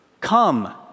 come